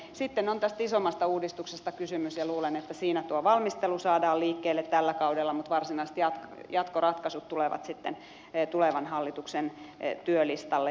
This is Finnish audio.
sitten on tästä isommasta uudistuksesta kysymys ja luulen että siinä tuo valmistelu saadaan liikkeelle tällä kaudella mutta varsinaiset jatkoratkaisut tulevat sitten tulevan hallituksen työlistalle